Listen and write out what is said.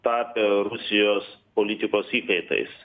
tapę rusijos politikos įkaitais